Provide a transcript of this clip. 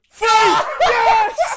Yes